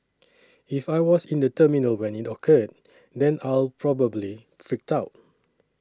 if I was in the terminal when it occurred then I'll probably freak out